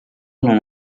non